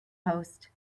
host